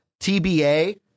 TBA